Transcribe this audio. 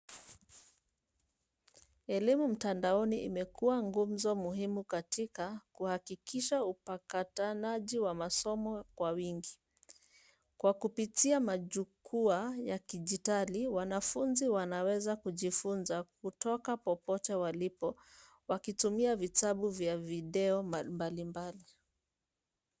Elimu mtandaoni imekuwa gumzo muhimu katika kuhakikisha upakatanaji wa masomo kwa wingi. Kwa kupitia majukwaa ya kidigitari, wanafunzi wanaweza kujifunza kutoka popote walipo kwa wakitumia vitabu vya video mbalimbali.